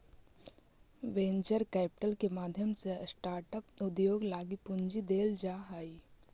venture capital के माध्यम से स्टार्टअप उद्योग लगी पूंजी देल जा हई